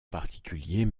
particulier